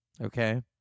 Okay